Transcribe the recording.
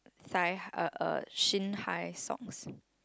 sigh uh shin high socks